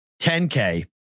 10K